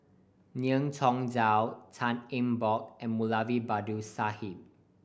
Ngiam Tong Dow Tan Eng Bock and Moulavi Babu Sahib